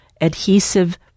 adhesive